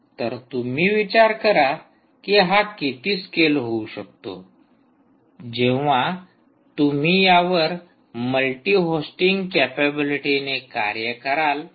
तर तुम्ही विचार करा की हा किती स्केल होऊ शकतो जेव्हा तुम्ही यावर मल्टी होस्टिंग कॅपाबिलिटीने कार्य कराल